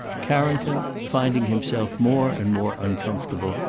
carrington, finding himself more and more uncomfortable,